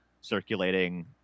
circulating